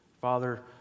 Father